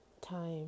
time